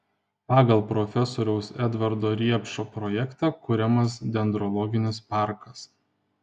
pagal profesoriaus edvardo riepšo projektą kuriamas dendrologinis parkas